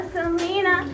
Selena